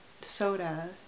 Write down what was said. soda